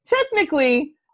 technically